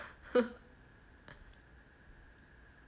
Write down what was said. ha